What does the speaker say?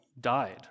died